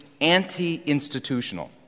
anti-institutional